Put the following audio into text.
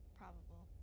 probable